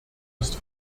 ist